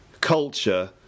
culture